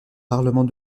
parlement